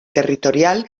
territorial